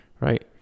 right